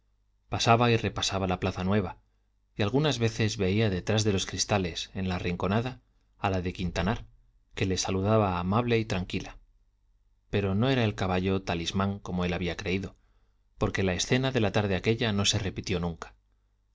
pasaba y repasaba la plaza nueva y algunas veces veía detrás de los cristales en la rinconada a la de quintanar que le saludaba amable y tranquila pero no era el caballo talismán como él había creído porque la escena de la tarde aquélla no se repitió nunca